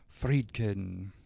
Friedkin